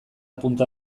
punta